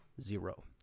zero